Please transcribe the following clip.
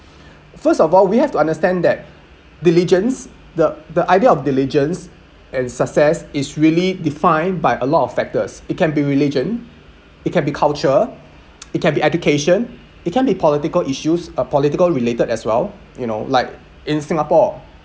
first of all we have to understand that diligence the the idea of diligence and success is really defined by a lot of factors it can be religion it can be culture it can be education it can be political issues or political related as well you know like in singapore